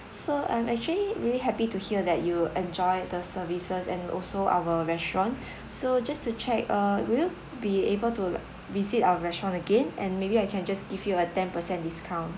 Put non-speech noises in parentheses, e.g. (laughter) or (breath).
so I'm actually really happy to hear that you enjoyed the services and also our restaurant (breath) so just to check uh will you be able to visit our restaurant again and maybe I can just give you a ten percent discount